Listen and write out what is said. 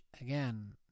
again